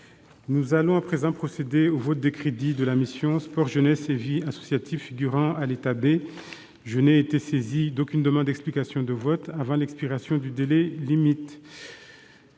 Nous allons procéder au vote des crédits de la mission « Sport, jeunesse et vie associative », figurant à l'état B. Je n'ai été saisi d'aucune demande d'explication de vote avant l'expiration du délai limite.